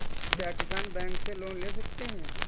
क्या किसान बैंक से लोन ले सकते हैं?